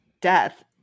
death